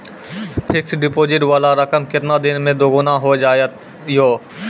Fixed deposit वाला रकम केतना दिन मे दुगूना हो जाएत यो?